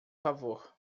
favor